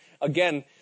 again